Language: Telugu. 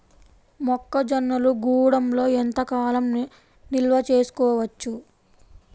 మొక్క జొన్నలు గూడంలో ఎంత కాలం నిల్వ చేసుకోవచ్చు?